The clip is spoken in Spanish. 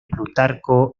plutarco